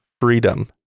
freedom